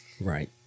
Right